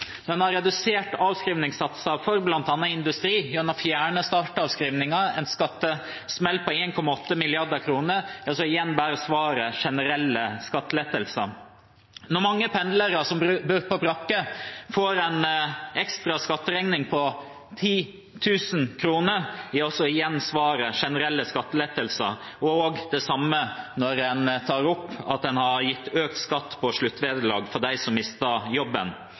en har redusert avskrivningssatsene for bl.a. industri gjennom å fjerne startavskrivningen – en skattesmell på 1,8 mrd. kr – er igjen bare svaret generelle skattelettelser. Når mange pendlere som bor på brakke, får en ekstra skatteregning på 10 000 kr, er igjen svaret generelle skattelettelser, og det samme når en tar opp at en har gitt økt skatt på sluttvederlag til dem som mister jobben.